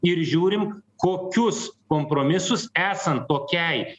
ir žiūrim kokius kompromisus esant tokiai